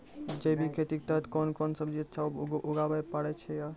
जैविक खेती के तहत कोंन कोंन सब्जी अच्छा उगावय पारे छिय?